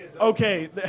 Okay